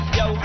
yo